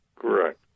Correct